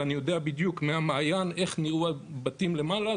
ואני יודע בדיוק מהמעיין איך נראו הבתים למעלה,